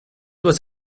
was